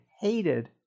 hated